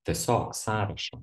tiesiog sąrašą